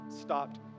stopped